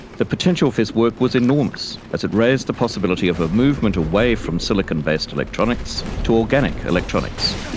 the potential of his work was enormous as it raised the possibility of a movement away from silicon-based electronics to organic electronics,